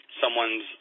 someone's